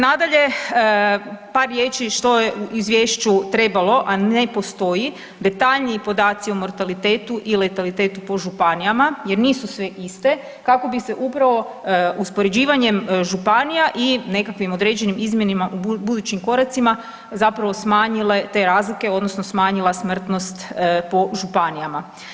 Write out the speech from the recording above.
Nadalje, par riječi što je u izvješću trebalo, a ne postoji, detaljniji podaci o mortalitetu i letalitetu po županijama jer nisu sve iste, kako bi se upravo uspoređivanjem županija i nekakvim određenim izmjenama u budućim koracima zapravo smanjile te razlike odnosno smanjila smrtnost po županijama.